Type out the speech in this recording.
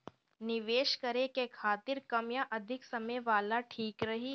निवेश करें के खातिर कम या अधिक समय वाला ठीक रही?